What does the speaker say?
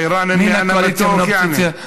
מן הקואליציה ומן האופוזיציה,